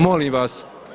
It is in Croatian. Molim vas!